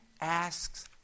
asks